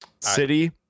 city